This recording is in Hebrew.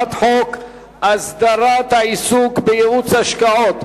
הצעת חוק הסדרת העיסוק בייעוץ השקעות,